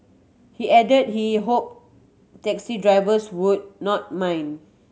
he added he hoped taxi drivers would not mind